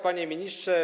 Panie Ministrze!